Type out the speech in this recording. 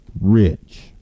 rich